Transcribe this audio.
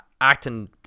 acting